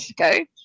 okay